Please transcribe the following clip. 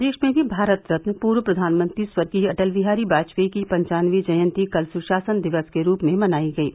प्रदेश में भी भारत रत्न पूर्व प्रधानमंत्री स्वर्गीय अटल बिहारी वाजपेयी की पचानवे जयन्ती कल सुशासन दिवस के रूप में मनायी गयी